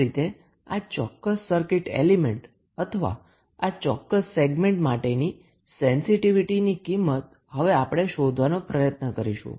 આ રીતે આ ચોક્કસ સર્કીટ એલીમેન્ટ અથવા આ ચોક્કસ સેગમેન્ટ માટેની સેન્સીટીવીટીની કિંમત હવે આપણે શોધવાનો પ્રયત્ન કરીશું